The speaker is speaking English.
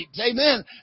Amen